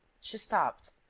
she stopped,